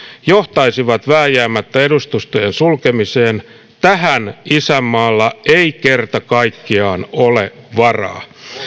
johtaisivat vääjäämättä edustustojen sulkemiseen tähän isänmaalla ei kerta kaikkiaan ole varaa